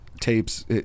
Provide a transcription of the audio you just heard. tapes